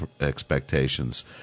expectations